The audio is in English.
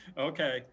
Okay